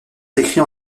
écrits